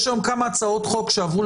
יש היום כמה הצעות חוק שעברו,